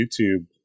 YouTube